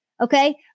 Okay